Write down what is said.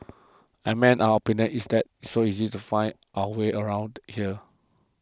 I mean our opinion is that so easy to find our way around here